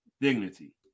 Dignity